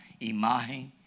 imagen